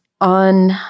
on